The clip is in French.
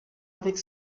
avec